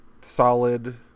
solid